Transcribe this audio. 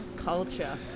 Culture